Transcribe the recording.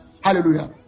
Hallelujah